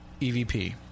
EVP